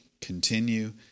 continue